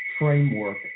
Framework